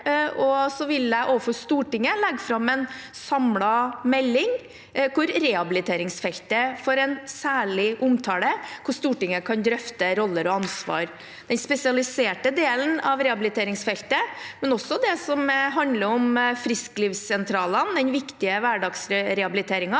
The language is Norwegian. jeg overfor Stortinget legge fram en samlet melding, hvor rehabiliteringsfeltet får en særlig omtale, og hvor Stortinget kan drøfte roller og ansvar – den spesialiserte delen av rehabiliteringsfeltet, men også det som handler om frisklivssentralene, den viktige hverdagsrehabiliteringen,